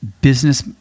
business